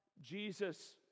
Jesus